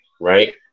right